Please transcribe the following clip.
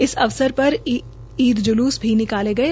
इस अवसर प ईद जसूल की निकाले गये